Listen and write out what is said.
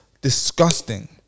disgusting